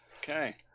Okay